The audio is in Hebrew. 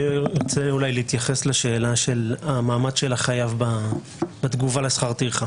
אני רוצה להתייחס למעמד של החייב בתגובה לשכר הטרחה.